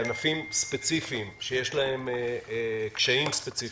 בענפים ספציפיים שיש להם קשיים ספציפיים,